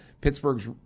Pittsburgh's